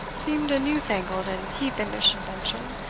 seemed a newfangled and heathenish invention,